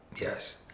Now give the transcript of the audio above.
Yes